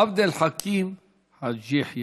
עבד אל חכים חאג' יחיא,